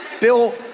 Bill